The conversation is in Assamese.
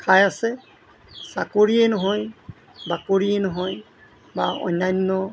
খাই আছে চাকৰিয়েই নহয় বাকৰিয়ে নহয় বা অন্যান্য